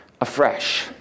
afresh